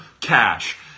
cash